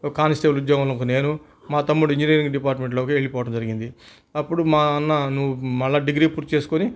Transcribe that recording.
constable ఉద్యోగంకు నేను మా తమ్ముడు ఇంజనీరింగ్ డిపార్ట్మెంట్లోకి వెళ్ళి పోవడం జరిగింది అప్పుడు మా అన్న నువ్వు మరల డిగ్రీ పూర్తి చేసుకొని